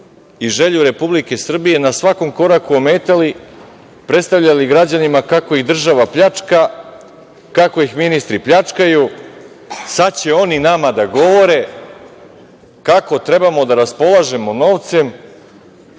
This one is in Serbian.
i želju Republike Srbije na svakom koraku ometali, predstavljali građanima kako ih država pljačka, kako ih ministri pljačkaju, sad će oni nama da govore kako trebamo da raspolažemo novcem